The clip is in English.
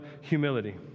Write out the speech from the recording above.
humility